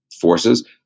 forces